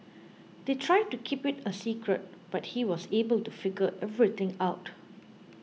they tried to keep it a secret but he was able to figure everything out